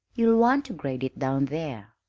you'll want to grade it down there,